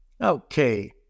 Okay